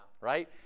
Right